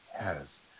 yes